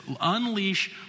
unleash